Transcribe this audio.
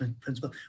principle